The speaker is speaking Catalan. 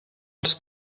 els